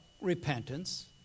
repentance